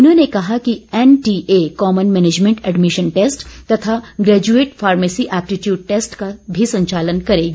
उन्होंने कहा कि NTA common management admission test तथा ग्रेजुएट फॉर्मेसी एप्टीटयूट टेस्ट का भी संचालन करेगी